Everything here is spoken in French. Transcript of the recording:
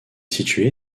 situé